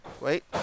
Wait